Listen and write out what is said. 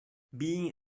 being